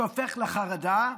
שהופך לחרדה,